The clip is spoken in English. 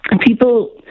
people